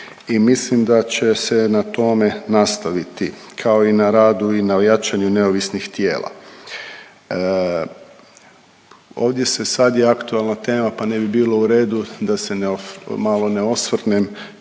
i mislim da će se na tome nastaviti, kao i na radu i na jačanju neovisnih tijela. Ovdje se sad i aktualna tema pa ne bi bilo u redu da se ne